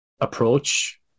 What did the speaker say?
approach